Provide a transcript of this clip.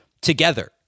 together